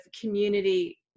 community